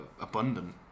abundant